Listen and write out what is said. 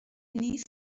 نیست